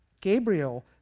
Gabriel